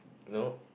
no